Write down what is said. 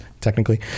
technically